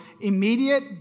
immediate